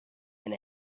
and